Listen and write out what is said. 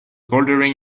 bouldering